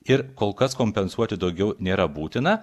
ir kol kas kompensuoti daugiau nėra būtina